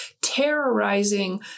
terrorizing